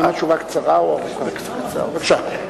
בבקשה.